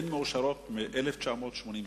הן מאושרות מ-1988.